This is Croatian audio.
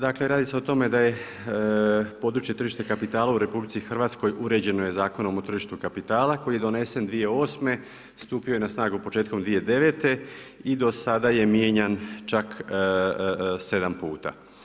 Dakle radi se o tome da je područje tržišta kapitala u RH uređeno je Zakonom o tržištu kapitala koji je donesen 2008., stupio je na snagu početkom 2009. i do sada je mijenjan čak sedam puta.